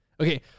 Okay